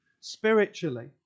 spiritually